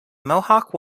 mohawk